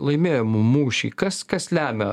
laimėjom mūšį kas kas lemia